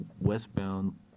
westbound